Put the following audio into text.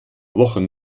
wochen